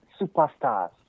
superstars